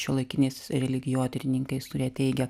šiuolaikiniais religijotyrininkais kurie teigia